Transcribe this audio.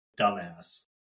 dumbass